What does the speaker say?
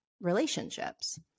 relationships